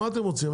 מה אתם רוצים?